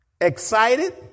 excited